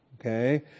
okay